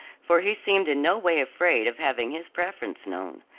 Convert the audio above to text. for he seemed in no way afraid of having his preference known.